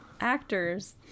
actors